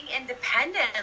independent